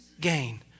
gain